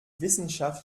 wissenschaft